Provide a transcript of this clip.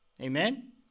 Amen